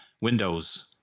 windows